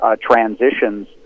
transitions